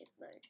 mode